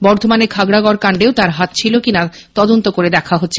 বর্ধমানের খাগরাগড়কান্ডেও তার হাত ছিল কিনা তদন্ত করে দেখা হচ্ছে